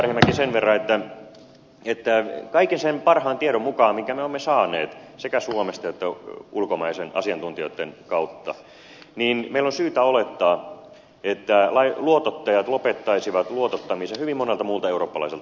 arhinmäki sen verran että kaiken sen parhaan tiedon mukaan minkä me olemme saaneet sekä suomesta että ulkomaisten asiantuntijoitten kautta meillä on syytä olettaa että luotottajat lopettaisivat luotottamisen hyvin monelta muulta eurooppalaiselta maalta